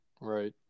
right